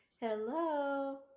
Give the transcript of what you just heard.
Hello